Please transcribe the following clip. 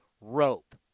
rope